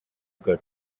good